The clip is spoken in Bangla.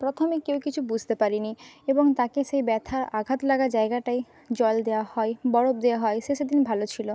প্রথমে কেউ কিছু বুঝতে পারেনি এবং তাকে সেই ব্যাথা আঘাত লাগা জায়গাটায় জল দেওয়া হয় বরফ দেওয়া হয় সে সেদিন ভালো ছিল